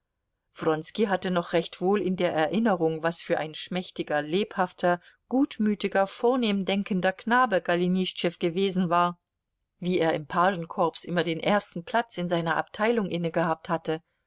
wronski hatte noch recht wohl in der erinnerung was für ein schmächtiger lebhafter gutmütiger vornehm denkender knabe golenischtschew gewesen war wie er im pagenkorps immer den ersten platz in seiner abteilung innegehabt hatte